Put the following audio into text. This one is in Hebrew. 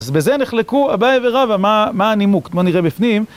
אז בזה נחלקו אביי ורבא מה הנימוק, בוא נראה בפנים.